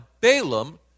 Balaam